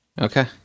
Okay